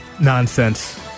nonsense